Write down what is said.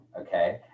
Okay